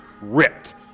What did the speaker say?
ripped